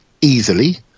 easily